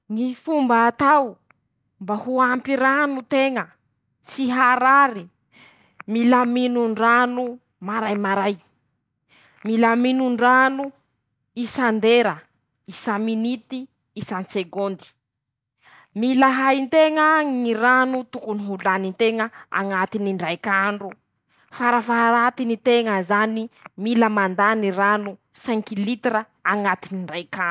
Ñy fomba atao mba ho ampy rano teña, tsy harary: -Mila minon-drano maraimaray. -Mila minon-drano isan-dera isa-minity, isan-tsegôndy. -Mila hay nteña ñy rano tokony ho lany nteña añatiny ndraik'andro, farafaratiny teña zany. -Mila mandany rano sainky litira añatiny ndraik'andro.